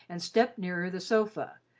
and stepped nearer the sofa,